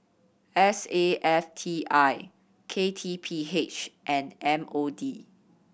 S A F T I K T P H and M O D